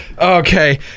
okay